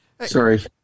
sorry